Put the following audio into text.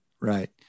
right